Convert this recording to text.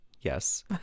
Yes